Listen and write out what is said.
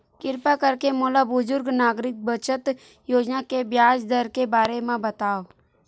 किरपा करके मोला बुजुर्ग नागरिक बचत योजना के ब्याज दर के बारे मा बतावव